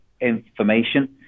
information